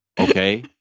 okay